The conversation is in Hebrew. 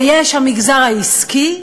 ויש המגזר העסקי,